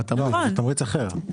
זה תמריץ אחר.